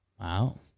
Wow